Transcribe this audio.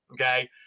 Okay